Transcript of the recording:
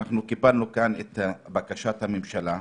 קיבלנו כאן את בקשת הממשלה,